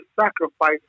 sacrifice